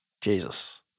Jesus